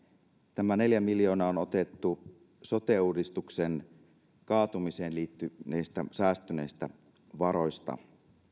tämä neljä miljoonaa on otettu sote uudistuksen kaatumiseen liittyneistä säästyneistä varoista